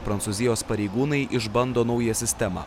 prancūzijos pareigūnai išbando naują sistemą